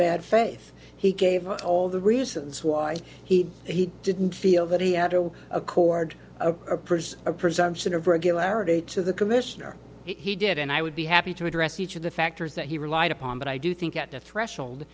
bad faith he gave all the reasons why he he didn't feel that he had to accord a person a presumption of regularity to the commissioner he did and i would be happy to address each of the factors that he relied upon but i do think at the threshold